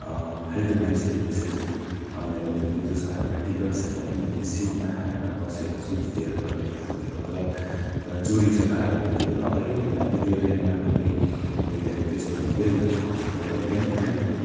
फाल्तु मान्छेहरू विशेष आउने गर्दथ्यो जसको हातमा टिकट छैन उनीहरूले सिटमा आएर बसेर सुतिदिएर गर्ने गर्दथ्यो हल्ला भरे चोरी चकरा हुँदथ्यो तर अहिले फिलहाल त्यो रेलमा मैले देख्दाखेरि त्यस्तो हुँदैन र एकदम राम्रो